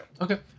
okay